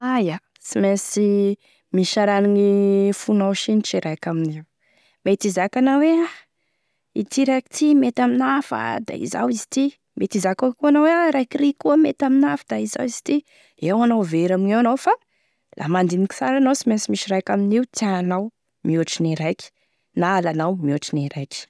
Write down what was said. Aia sy mainsy misy a raha arahane fonao sinitry e raika amin'io, mety hizaka anao e, ity raiky ty e mety amina da izao izy ity, mety hizaka koa anao e raiky ry koa mety amina, fa da izao izy ity, eo anao very amigneo anao fa, la mandiniky sara anao sy mainsy misy raiky amin'io tianao mihaotry gne raiky, na alanao mihaotry gne raiky.